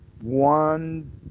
One